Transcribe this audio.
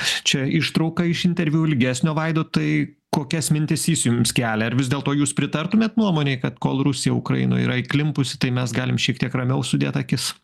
čia ištrauka iš interviu ilgesnio vaidotai kokias mintis jis jums kelia ir vis dėlto jūs pritartumėt nuomonei kad kol rusija ukrainoje yra įklimpusi tai mes galim šiek tiek ramiau sudėt akis